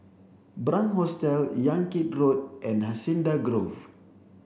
Hostel Yan Kit Road and Hacienda Grove